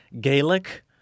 gaelic